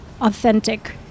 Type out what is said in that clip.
authentic